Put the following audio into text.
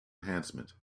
enhancement